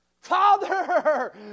Father